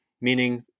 meaning